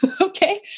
okay